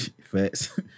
Facts